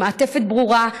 עם מעטפת ברורה,